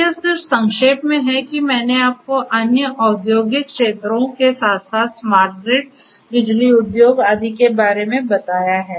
तो यह सिर्फ संक्षेप में है कि मैंने आपको अन्य औद्योगिक क्षेत्रों के साथ साथ स्मार्ट ग्रिड बिजली उद्योग आदि के बारे में बताया है